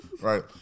right